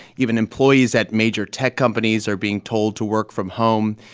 even employees at major tech companies are being told to work from home.